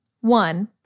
One